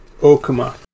Okuma